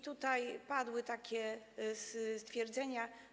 Tutaj padły pewne stwierdzenia.